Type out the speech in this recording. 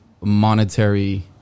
monetary